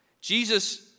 Jesus